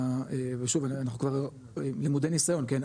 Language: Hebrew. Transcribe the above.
ושוב אנחנו כבר למודי ניסיון כן,